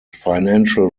financial